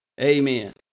Amen